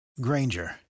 Granger